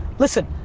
listen,